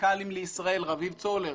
כימיקלים לישראל רביב צולר,